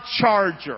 Charger